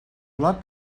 bloc